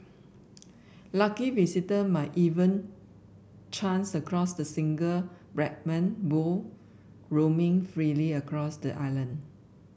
lucky visitor might even chance across the single Brahman bull roaming freely across the island